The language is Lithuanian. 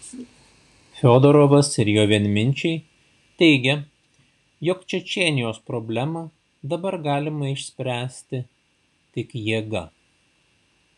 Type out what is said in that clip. fiodorovas ir jo vienminčiai teigia jog čečėnijos problemą dabar galima išspręsti tik jėga